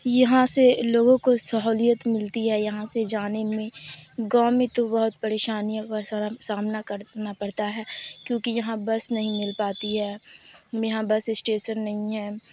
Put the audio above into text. یہاں سے لوگوں کو سہولیت ملتی ہے یہاں سے جانے میں گاؤں میں تو بہت پریشانیوں کا سامنا کرنا پڑتا ہے کیونکہ یہاں بس نہیں مل پاتی ہے یہاں بس اشٹیسن نہیں ہے